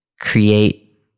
create